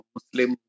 Muslim